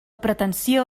pretensió